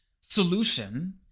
solution